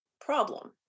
problem